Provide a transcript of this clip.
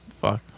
Fuck